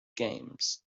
games